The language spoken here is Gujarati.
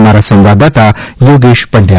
અમારા સંવાદદાતા યોગેશ પંડ્યા